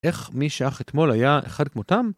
איך מי שאך אתמול היה אחד כמותם?